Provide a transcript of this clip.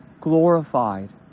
glorified